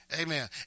Amen